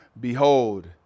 behold